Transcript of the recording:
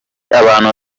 abantu